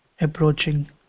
approaching